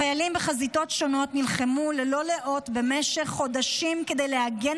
חיילים בחזיתות שונות נלחמו ללא לאות במשך חודשים כדי להגן